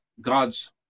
God's